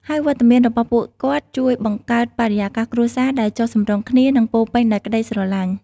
ហើយវត្តមានរបស់ពួកគាត់ជួយបង្កើតបរិយាកាសគ្រួសារដែលចុះសម្រុងគ្នា និងពោរពេញដោយក្តីស្រឡាញ់។